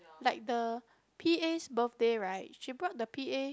like the P_A birthday right she brought the P_A